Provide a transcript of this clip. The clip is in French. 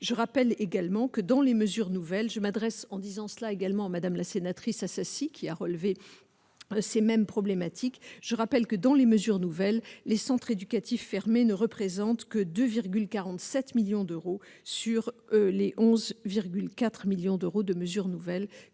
je rappelle également que dans les mesures nouvelles, je m'adresse. En disant cela également madame la sénatrice à ceci, qui a relevé ces mêmes problématiques, je rappelle que dans les mesures nouvelles, les centres éducatifs fermés ne représente que 2 47 millions d'euros sur les 11,4 millions d'euros de mesures nouvelles que nous offrons